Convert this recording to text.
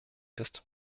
ist